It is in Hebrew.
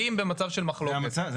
כי אם במצב של מחלוקת זה